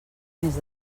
més